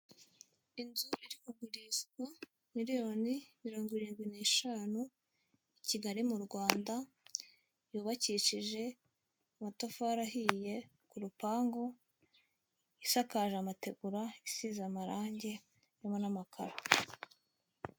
Inzu iri kugurishwa miliyoni mirongo irindwi n'eshanu i Kigali mu Rwanda, yubakishije amatafari ahiye ku rupangu, isakaje amategura, isize amarange, irimo n'amakaro.